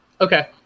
okay